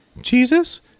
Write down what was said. Jesus